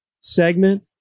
segment